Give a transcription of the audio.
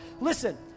Listen